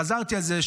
חזרתי על זה,